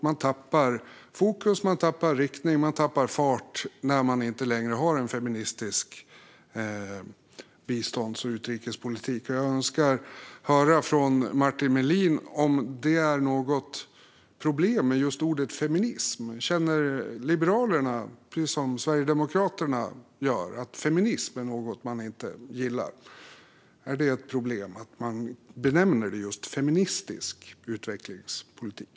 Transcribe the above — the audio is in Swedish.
Man tappar fokus, man tappar riktning, man tappar fart när man inte längre har en feministisk bistånds och utrikespolitik. Jag önskar höra från Martin Melin om det är något problem med just ordet "feminism". Känner Liberalerna, precis som Sverigedemokraterna, att feminism är något man inte gillar? Är det ett problem att man benämner det just feministisk utvecklingspolitik?